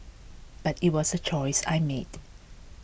but it was a choice I made